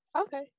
Okay